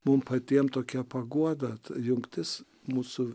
mum patiem tokia paguoda t jungtis mūsų